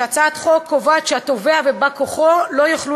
הצעת החוק קובעת שהתובע ובא-כוחו לא יוכלו